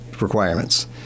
requirements